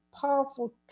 powerful